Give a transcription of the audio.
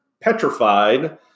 petrified